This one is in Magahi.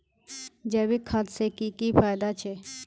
जैविक खाद से की की फायदा छे?